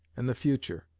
and the future.